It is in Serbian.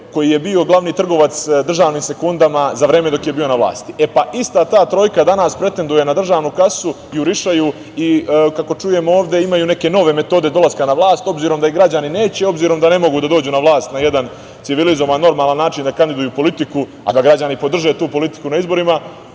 i koji je bio glavni trgovac državnim sekundama za vreme dok je bio na vlasti. E pa, ista ta trojka danas pretenduje na državnu kasu, jurišaju i kako čujem, ovde imaju neke nove metode dolaska na vlast, obzirom da ih građani neće, obzirom da ne mogu da dođu na vlast na jedan civilizovan, normalan način da kandiduju politiku, a da građani podrže tu politiku na izborima,